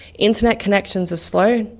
internet connections are slow,